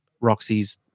Roxy's